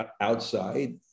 outside